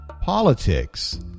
politics